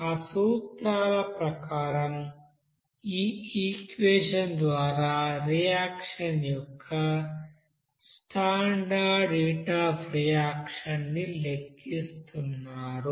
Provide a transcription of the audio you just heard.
ఆ సూత్రాల ప్రకారం ఈ ఈక్వెషన్ ద్వారా రియాక్షన్ యొక్క స్టాండర్డ్ హీట్ అఫ్ రియాక్షన్ ని లెక్కిస్తున్నారు